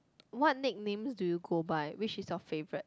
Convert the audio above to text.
what nicknames do you go by which is your favorite